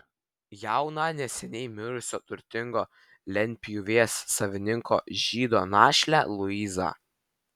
jauną neseniai mirusio turtingo lentpjūvės savininko žydo našlę luizą